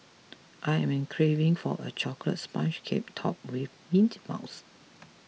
I am craving for a Chocolate Sponge Cake Topped with Mint Mousse